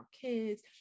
kids